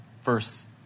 first